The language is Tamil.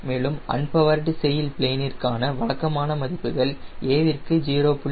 மேலும் அனுபவர்டு செயில் பிளேன் ற்கான வழக்கமான மதிப்புகள் a விற்கு 0